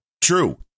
True